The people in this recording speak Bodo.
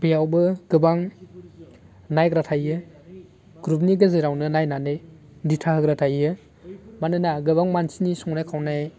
बेयावबो गोबां नायग्रा थायो ग्रुपनि गेजेरावनो नायनानै दिथा होग्रा थायो मानोना गोबां मानसिनि संनाय खावनाय